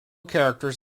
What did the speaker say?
characters